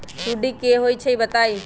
सुडी क होई छई बताई?